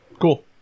Cool